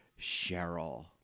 Cheryl